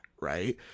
right